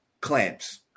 Clamps